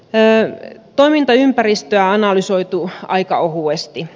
toimintaympäristöä on analysoitu aika ohuesti